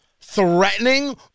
threatening